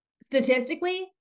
statistically